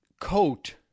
coat